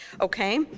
Okay